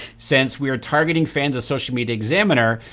since we're targeting fans of social media examiner,